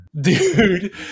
Dude